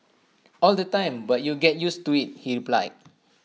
all the time but you get used to IT he replied